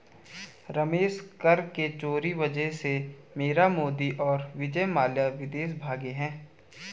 रमेश कर के चोरी वजह से मीरा मोदी और विजय माल्या विदेश भागें हैं